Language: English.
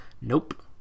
Nope